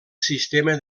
sistema